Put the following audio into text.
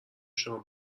شام